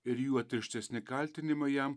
ir juo tirštesni kaltinimai jam